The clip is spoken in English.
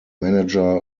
manager